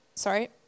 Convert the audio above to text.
sorry